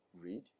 read